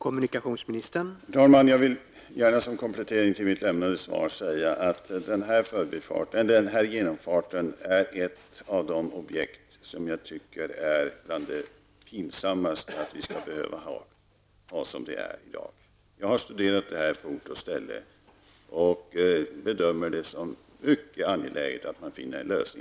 Herr talman! Som komplettering till mitt svar vill jag säga att den här genomfarten är ett av de objekt som jag anser vara bland de pinsammaste att vi skall behöva ha som de är i dag. Jag har studerat detta på ort och ställe, och jag bedömer det som mycket angeläget att man finner en lösning.